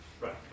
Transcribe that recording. Right